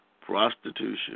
Prostitution